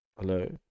Hello